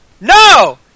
No